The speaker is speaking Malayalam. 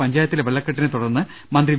പഞ്ചായത്തിലെ വെള്ളക്കെട്ടിനെ തുടർന്ന് മന്ത്രി വി